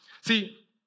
See